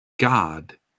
God